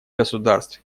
государств